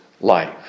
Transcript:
life